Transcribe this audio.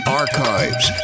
archives